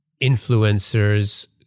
influencers